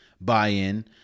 buy-in